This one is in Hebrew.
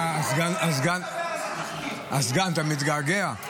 הסגן, אתה מתגעגע?